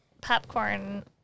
popcorn